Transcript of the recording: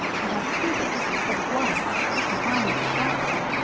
to have two bits instead of one and mine was a sharp one,